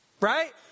Right